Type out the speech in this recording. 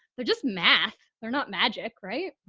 they're just math. they're not magic. right.